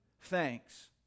thanks